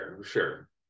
sure